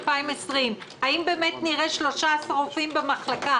האם באמת נראה 13 רופאים במחלקה?